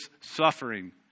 suffering